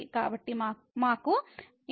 కాబట్టి మాకు ∞∞రూపాలు ఉన్నాయి